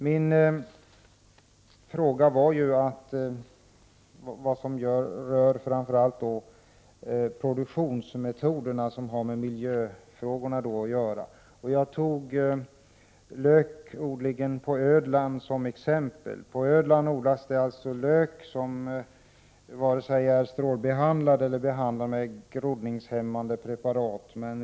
Min fråga rörde framför allt produktionsmetoder som påverkar miljön. Jag tog lökodling på Öland som exempel. På Öland odlas lök som varken är strålbehandlad eller behandlad med groddningshämmande preparat.